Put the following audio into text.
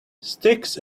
sticks